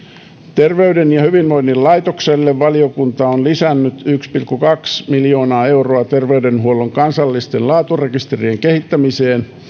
terveyden ja hyvinvoinnin laitokselle valiokunta on lisännyt yksi pilkku kaksi miljoonaa euroa terveydenhuollon kansallisten laaturekisterien kehittämiseen